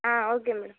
ah okay madam